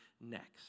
next